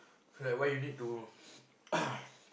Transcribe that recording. like why you need to